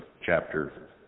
chapter